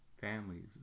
families